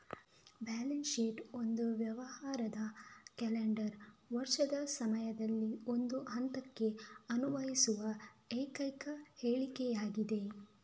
balance sheet ಒಂದು ವ್ಯವಹಾರದ calendar ವರ್ಷದ ಸಮಯದಲ್ಲಿ ಒಂದು ಹಂತಕ್ಕೆ ಅನ್ವಯಿಸುವ ಏಕೈಕ ಹೇಳಿಕೆಯಾಗಿದೆ